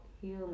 healing